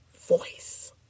voice